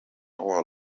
hour